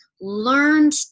learned